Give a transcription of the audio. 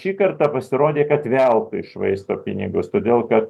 šį kartą pasirodė kad veltui švaisto pinigus todėl kad